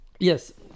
yes